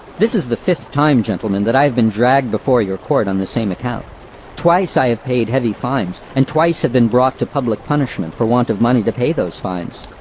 this is the fifth time, gentlemen, that i have been dragged before your court on the same account twice i have paid heavy fines, and twice have been brought to public punishment, for want of money to pay those fines.